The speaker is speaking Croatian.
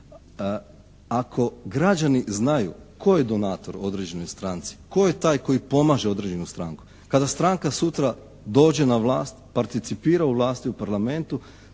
ako građani znaju tko je donator određenoj stranci, tko je taj koji pomaže određenu stranku, kada stranka sutra dođe na vlast, participira u vlasti u parlamentu